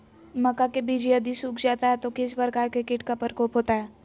मक्का के बिज यदि सुख जाता है तो किस प्रकार के कीट का प्रकोप होता है?